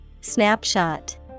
Snapshot